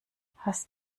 hast